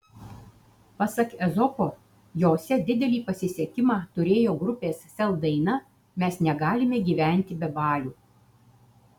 pasak ezopo jose didelį pasisekimą turėjo grupės sel daina mes negalime gyventi be balių